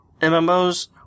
MMOs